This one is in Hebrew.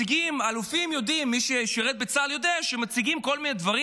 אלופים יודעים ומי ששירת בצה"ל יודע שמציגים כל מיני דברים,